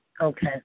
Okay